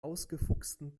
ausgefuchsten